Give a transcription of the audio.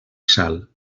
sal